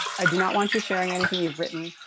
i do not want you sharing anything you've written,